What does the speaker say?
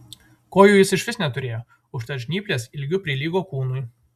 kojų jis išvis neturėjo užtat žnyplės ilgiu prilygo kūnui